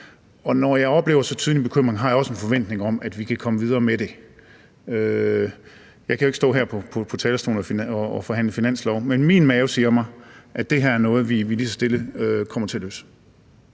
Når jeg oplever så tydelig en bekymring, har jeg også en forventning om, at vi kan komme videre med det. Jeg kan jo ikke stå her på talerstolen og forhandle finanslov, men min mavefornemmelse siger mig, at det her er noget, vi lige så stille kommer til at løse.